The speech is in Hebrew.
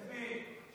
דבי,